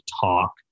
talk